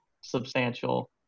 substantial